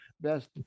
best